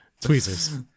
tweezers